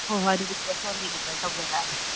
ꯍꯣꯏ ꯍꯣꯏ ꯑꯗꯨꯗꯤ ꯀꯦꯁ ꯑꯣꯟ ꯗꯤꯂꯤꯕꯔꯤ ꯇꯧꯖꯔꯛꯑꯒꯦ